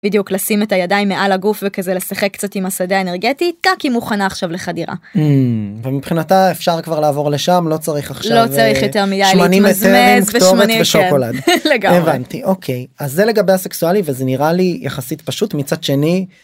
בדיוק לשים את הידיים מעל הגוף וכזה לשחק קצת עם השדה האנרגטי, טק היא מוכנה עכשיו לחדירה.. מבחינתה אפשר כבר לעבור לשם לא צריך עכשיו לא צריך יותר מדי להתמזמז או שמנים ושוקולד. הבנתי, אוקיי. אז זה לגבי הסקסואלי וזה נראה לי יחסית פשוט מצד שני